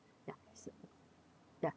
ya ya